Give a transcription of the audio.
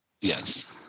Yes